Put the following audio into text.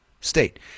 state